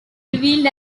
revealed